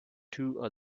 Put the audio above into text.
two